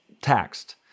taxed